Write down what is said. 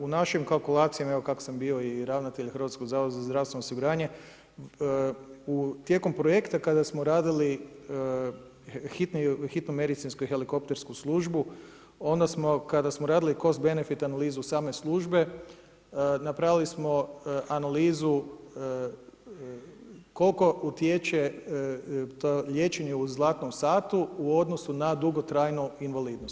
U našim kalkulacijama evo kako sam bio i ravnatelj Hrvatskog zavoda za zdravstveno osiguranje, tijekom projekta kada smo radili hitnu medicinsku i helikoptersku službu onda smo kada smo radili cost benefict analizu same službe, napravili smo analizu koliko utječe liječenje u zlatnom satu u odnosu na dugotrajnu invalidnost.